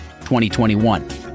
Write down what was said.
2021